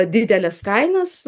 dideles kainas